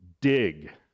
dig